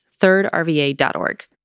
thirdrva.org